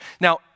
Now